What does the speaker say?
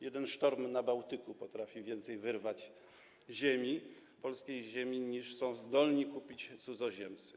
Jeden sztorm na Bałtyku potrafi więcej wyrwać polskiej ziemi niż są zdolni kupić cudzoziemcy.